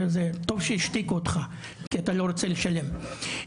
טוב שהשתיקו אותך כי אתה לא רוצה לשלם.